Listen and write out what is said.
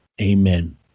Amen